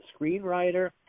screenwriter